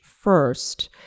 first